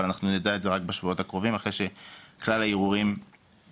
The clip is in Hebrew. אבל אנחנו נדע את זה רק בשבועות הקרובים אחרי שכלל הערעורים ייבחנו.